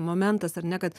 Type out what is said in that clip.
momentas ar ne kad